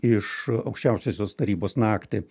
iš aukščiausiosios tarybos naktį